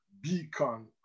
beacon